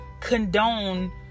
condone